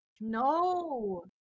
no